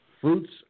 fruits